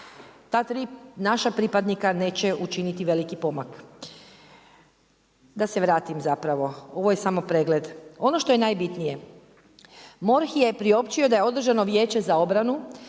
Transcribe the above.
Ta tri naša pripadnika neće učiniti veliki pomak. Da se vratim zapravo. Ovo je samo pregled. Ono što je najbitnije. MORH je priopćio da je održano Vijeće za obranu